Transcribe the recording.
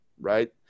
right